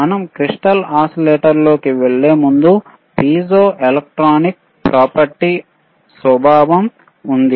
మనం క్రిస్టల్ ఓసిలేటర్లోకి వెళ్ళే ముందు పిజోఎలెక్ట్రిక్ ప్రాపర్టీ అనే స్వభావం ఉంది